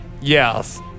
Yes